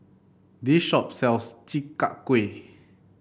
this shop sells Chi Kak Kuih